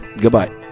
Goodbye